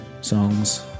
songs